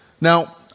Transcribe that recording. Now